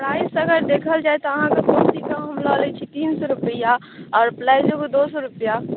price अगर देखल जाय तऽ अहाँके कुर्तीके हम लऽ लैत छी तीन सए रुपैआ आओर प्लाजोके दू सए रुपैआ